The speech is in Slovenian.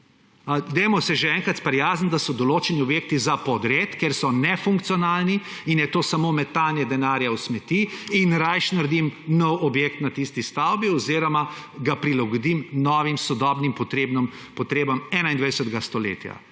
Dajmo se že enkrat sprijazniti, da so določeni objekti za podreti, ker so nefunkcionalni in je to samo metanje denarja v smeti. In raje naredim nov objekt na tisti parceli oziroma ga prilagodim novim, sodobnim potrebam 21. stoletja.